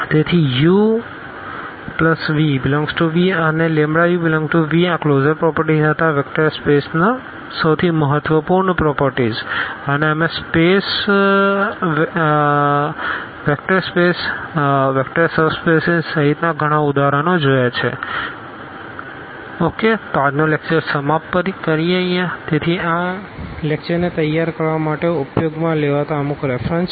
તેથી uv∈V અને u∈V આ કલોઝર પ્રોપરટીઝ હતા વેક્ટર સ્પેસનો સૌથી મહત્વપૂર્ણ પ્રોપરટીઝ અને અમે space vector space vector subspaces સહિતના ઘણા ઉદાહરણો જોયા છે તેથી આ લેકચર ને તૈયાર કરવા માટે ઉપયોગમાં લેવાતા અમુક રેફરન્સ છે